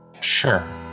Sure